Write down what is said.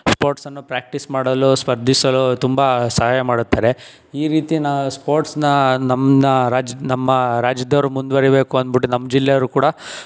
ಸ್ಪೋರ್ಟ್ಸನ್ನು practice ಮಾಡಲು ಸ್ಪರ್ಧಿಸಲು ತುಂಬ ಸಹಾಯ ಮಾಡುತ್ತಾರೆ ಈ ರೀತಿಯ ಸ್ಪೋರ್ಟ್ಸನ್ನು ನಮ್ನ ರಾಜ್ ನಮ್ಮ ರಾಜ್ಯದವರು ಮುಂದುವರಿಬೇಕು ಅನ್ಬಿಟ್ಟು ನಮ್ಮ ಜಿಲ್ಲೆಯವರು ಕೂಡ